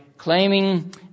claiming